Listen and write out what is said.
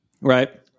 Right